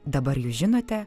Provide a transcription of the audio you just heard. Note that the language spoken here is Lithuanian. dabar jūs žinote